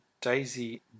Daisy